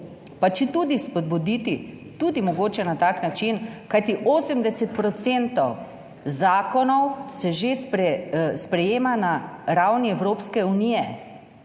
pa četudi spodbuditi tudi mogoče na tak način, kajti 80 procentov zakonov se že sprejema na ravni Evropske unije,